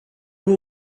will